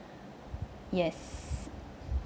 yes